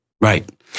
Right